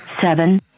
seven